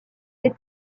ait